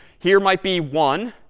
here might be one,